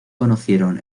conocieron